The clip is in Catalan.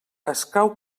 escau